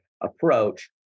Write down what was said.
approach